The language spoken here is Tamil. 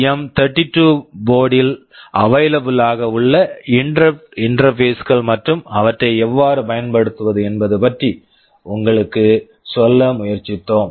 எம்32 போர்ட்டு STM 32 board ல் அவைலபிள் available ஆக உள்ள இன்டெரப்ட் இன்டெர்பேஸ் interrupt interface கள் மற்றும் அவற்றை எவ்வாறு பயன்படுத்துவது என்பது பற்றி உங்களுக்குச் சொல்ல முயற்சித்தோம்